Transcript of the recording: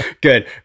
Good